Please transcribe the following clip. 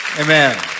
Amen